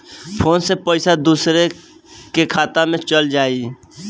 Phone से पईसा दूसरे के खाता में चल जाई?